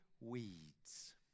weeds